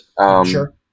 Sure